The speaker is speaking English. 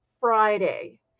Friday